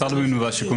משרד השיכון והבינוי,